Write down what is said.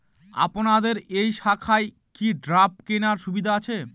আপনাদের এই শাখায় কি ড্রাফট কেনার সুবিধা আছে?